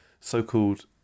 so-called